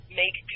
make